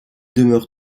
demeure